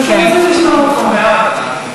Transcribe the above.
אנחנו רוצים לשמוע אותך.